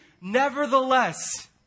Nevertheless